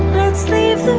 let's leave